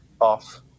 Off